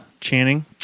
Channing